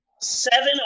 Seven